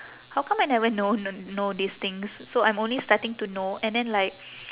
how come I never know know these things so I'm only starting to know and then like